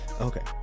okay